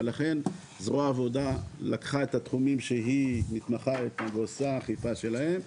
ולכן זרוע העבודה לקחה את התחומים שהיא מתמחה ועושה אכיפה שלהם,